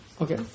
Okay